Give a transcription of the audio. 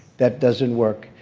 that doesn't work.